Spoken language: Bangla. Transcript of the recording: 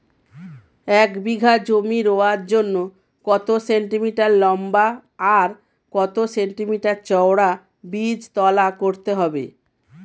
এক বিঘা জমি রোয়ার জন্য কত সেন্টিমিটার লম্বা আর কত সেন্টিমিটার চওড়া বীজতলা করতে হবে?